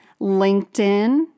LinkedIn